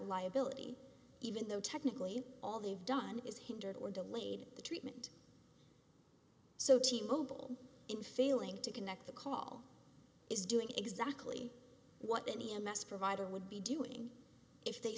liability even though technically all they've done is hindered or delayed the treatment so t mobile in failing to connect the call is doing exactly what any m s provider would be doing if they